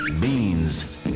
beans